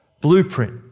blueprint